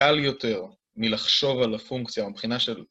קל יותר מלחשוב על הפונקציה מבחינה של